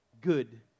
good